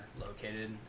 located